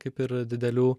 kaip ir didelių